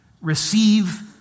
receive